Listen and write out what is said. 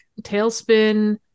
Tailspin